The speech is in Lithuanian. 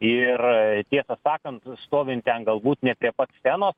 ir tiesą sakant stovint ten galbūt ne prie pat scenos